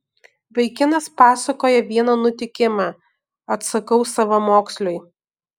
vaikinas pasakoja vieną nutikimą atsakau savamoksliui